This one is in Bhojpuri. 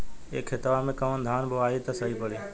ए खेतवा मे कवन धान बोइब त सही पड़ी?